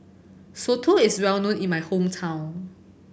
Soto is well known in my hometown